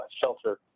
shelter